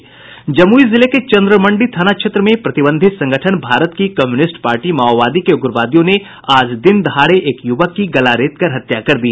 जमुई जिले के चन्द्रमंडी थाना क्षेत्र में प्रतिबंधित संगठन भारत की कम्यूनिस्ट पार्टी माओवादी के उग्रवादियों ने आज दिन दहाड़े एक युवक की गला रेतकर हत्या कर दी